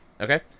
Okay